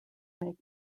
make